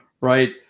right